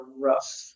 rough